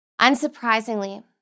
Unsurprisingly